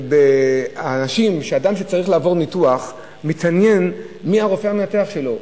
אדם שצריך לעבור ניתוח מתעניין מי הרופא המנתח שלו,